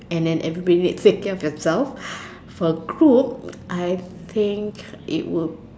and then everybody take care of themselves for cook I think it will